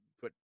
put